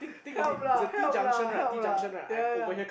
help lah help lah help lah ya ya ya